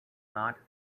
not